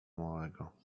małego